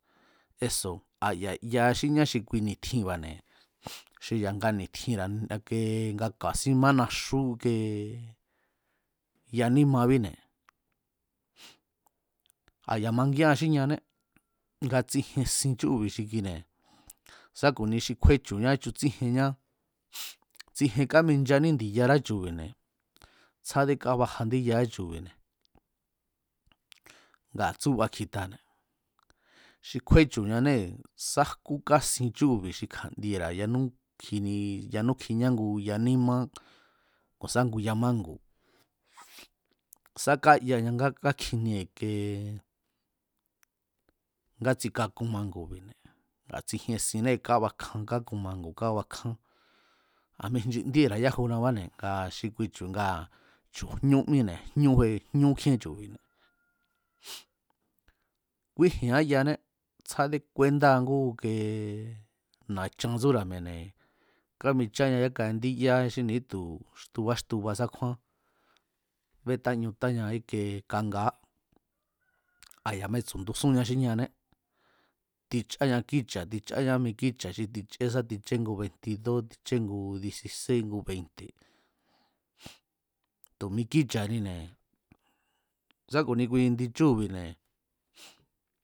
Eso̱ a̱ ya̱ yaa xí ñá xi kui ni̱tjiba̱ne̱ xi ya̱nga ni̱tjinra̱ nga kee nga ku̱a̱sin má naxú ike ya nímabíne̱ a̱ ya̱ mangían xí ñane nga tsijien sin chúu̱bi̱ xi kuine̱ sá ku̱ni xi kjúechu̱ñá chutsíjieán tsjien káminchaní ndi̱yará chu̱bi̱ne̱, tsjádé kaba ndíyará chu̱bi̱ne̱, ngaa̱ tsúba kjitane̱ xi kjúéchu̱ñanée̱ sá jkú kásin chúu̱ba̱ne̱ xi kja̱ndiera̱ yanú kjinie yanú kjiñá ngu ya nímá ku̱ sá ngu ya mángu̱ sá káyañá nga kákjinie i̱kie ngátsi kakun mangu̱bi̱ne̱ a̱ tsijien sinnée̱ kábakjan kákun mangu̱ kábakján, a̱ mijnchindíéra̱a yájunabáne̱ nga xi kui chu̱ ngaa̱ chu̱ jñú míne̱ jñú kjíén chu̱bi̱, kúíji̱án yané tsjádé kúéndáa ngú ike na̱chan tsúra̱ mi̱e̱ne̱ kámicháña yáka ndíya xi ni̱ítu̱ xtubá xtubasá kjúán bétáñutáña ike kangaá a̱ ya̱ mesu̱ndusúnña xí ñané ticháña kícha̱ ticháñá mi kícha̱ xi tiché sá tiché ngu beiti dó tiché ngu diesisé ngu beite̱, tu̱ mi kícha̱nine̱ sá ku̱ni kui ndi chúu̱bi̱ne̱